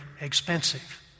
expensive